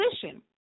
position